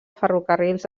ferrocarrils